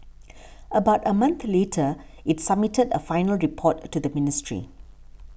about a month later it submitted a final report to the ministry